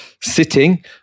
sitting